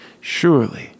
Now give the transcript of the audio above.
surely